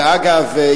אגב,